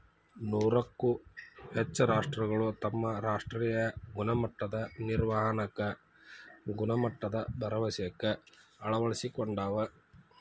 ನೂರಕ್ಕೂ ಹೆಚ್ಚ ರಾಷ್ಟ್ರಗಳು ತಮ್ಮ ರಾಷ್ಟ್ರೇಯ ಗುಣಮಟ್ಟದ ನಿರ್ವಹಣಾಕ್ಕ ಗುಣಮಟ್ಟದ ಭರವಸೆಕ್ಕ ಅಳವಡಿಸಿಕೊಂಡಾವ